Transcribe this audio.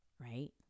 right